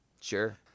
Sure